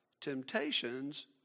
Temptations